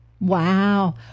Wow